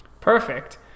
Perfect